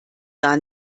gar